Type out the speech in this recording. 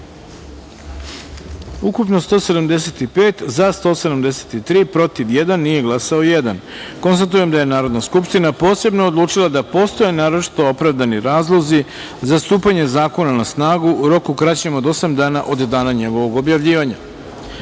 ukupno – 175, za – 173, protiv – jedan, nije glasao – jedan. Konstatujem da je Narodna skupština posebno odlučila da postoje naročito opravdani razlozi za stupanje zakona na snagu u roku kraćem od osam dana od dana njegovog objavljivanja. Stavljam